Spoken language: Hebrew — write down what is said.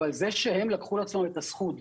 אבל למשל זה שהם לקחו לעצמם את הזכות,